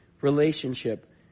relationship